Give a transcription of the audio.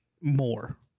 more